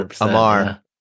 Amar